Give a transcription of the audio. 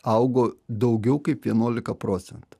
augo daugiau kaip vienuolika procentų